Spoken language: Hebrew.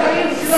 כל החיים שלך,